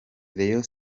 rayon